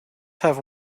have